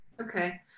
Okay